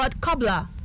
cobbler